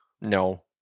No